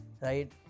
right